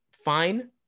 fine